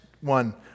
one